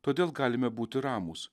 todėl galime būti ramūs